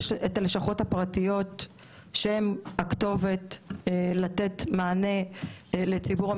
יש את הלשכות הפרטיות שהן הכתובות לתת מענה לציבור המטופלים,